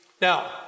Now